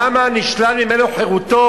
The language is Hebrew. למה נשללת ממנו חירותו,